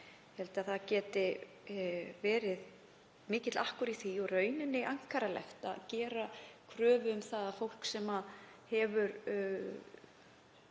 það geti verið mikill akkur í því og í rauninni ankannalegt að gera kröfu um það að fólk sem hefur